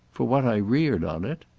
for what i reared on it?